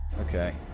Okay